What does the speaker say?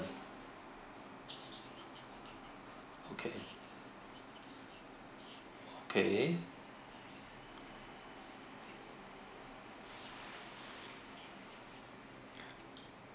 okay okay